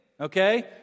Okay